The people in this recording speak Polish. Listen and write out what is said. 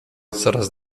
coraz